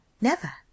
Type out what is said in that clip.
never